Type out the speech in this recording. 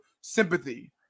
sympathy